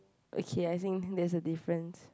okay I think there's a difference